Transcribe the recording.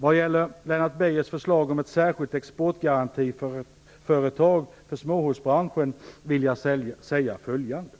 Vad gäller Lennart Beijers förslag om ett särskilt exportgarantiföretag för småhusbranschen vill jag säga följande.